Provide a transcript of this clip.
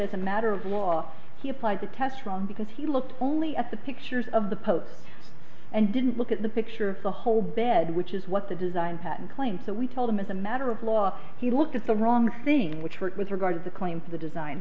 as a matter of law he applied the test run because he looked only at the pictures of the pope and didn't look at the picture of the whole bed which is what the design pattern claims that we told him as a matter of law he looked at the wrong thing which worked with regard to claim the design